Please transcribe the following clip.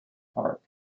park